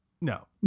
No